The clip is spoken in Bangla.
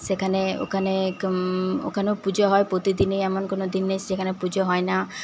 সেখানে ওখানে ওখানেও পুজো হয় প্রতিদিনই এমন কোনো দিন নেই সেখানে পুজো হয় না